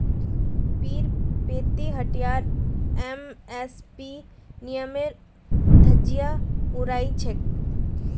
पीरपैंती हटियात एम.एस.पी नियमेर धज्जियां उड़ाई छेक